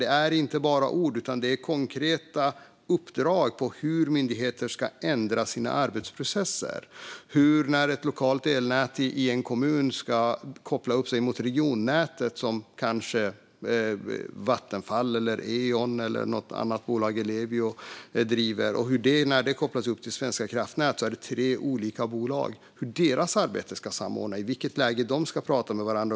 Det är inte bara ord, utan det är konkreta uppdrag om hur myndigheter ska ändra sina arbetsprocesser. När ett lokalt elnät i en kommun ska kopplas till regionnätet, som Vattenfall, Eon, Ellevio eller något annat bolag driver och som i sin tur är kopplat till Svenska kraftnät, är det tre olika bolag inblandade. Det handlar om hur deras arbete ska samordnas och i vilket läge de ska prata med varandra.